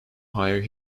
higher